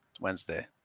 Wednesday